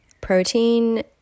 Protein